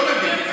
לא מבין.